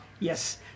Yes